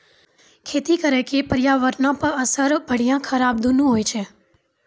खेती करे के पर्यावरणो पे असर बढ़िया खराब दुनू होय छै